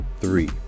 Three